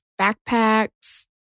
backpacks